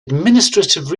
administrative